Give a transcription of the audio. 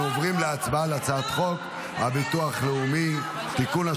עוברים להצבעה על הצעת חוק הביטוח הלאומי (תיקון,